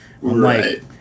Right